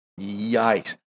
yikes